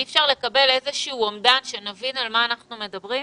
אי אפשר לקבל איזשהו נתון כדי שנבין על מה אנחנו מדברים,